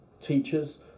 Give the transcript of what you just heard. teachers